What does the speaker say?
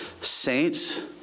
Saints